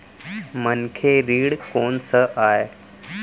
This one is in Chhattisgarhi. मनखे ऋण कोन स आय?